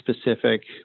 specific